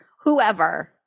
whoever